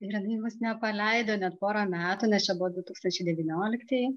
ir ji mus nepaleido net porą metų nes čia buvo du tūkstančiai devynioliktieji